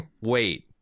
wait